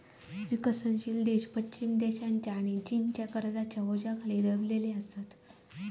विकसनशील देश पश्चिम देशांच्या आणि चीनच्या कर्जाच्या ओझ्याखाली दबलेले असत